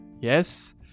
Yes